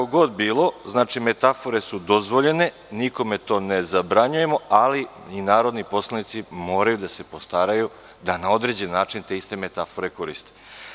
Znači, metafore su dozvoljene, nikome ne zabranjujemo, ali i narodni poslanici moraju da se postaraju da na određeni način te iste metafore koriste.